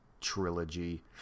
Trilogy